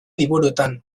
liburuetan